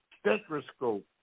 stethoscope